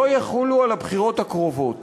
על הבחירות הקרובות